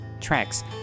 tracks